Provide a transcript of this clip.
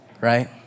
right